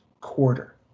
quarter